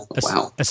Wow